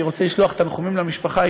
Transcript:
אני רוצה לשלוח תנחומים למשפחה.